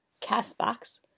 CastBox